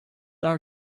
our